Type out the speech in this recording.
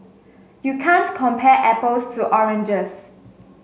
you can't compare apples to oranges